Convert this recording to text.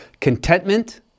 contentment